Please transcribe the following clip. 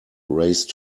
race